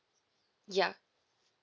yup